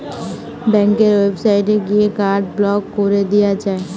ব্যাংকের ওয়েবসাইটে গিয়ে কার্ড ব্লক কোরে দিয়া যায়